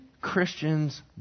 Christians